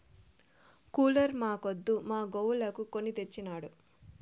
cooler మాక్కాదు మా గోవులకు కొని తెచ్చినాడు